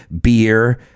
beer